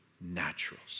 naturals